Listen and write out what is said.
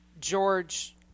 George